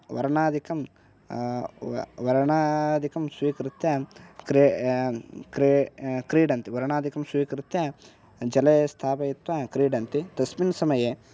वर्णादिकं व वर्णादिकं स्वीकृत्य क्रे क्रे क्रीडन्ति वर्णादिकं स्वीकृत्य जले स्थापयित्वा क्रीडन्ति तस्मिन् समये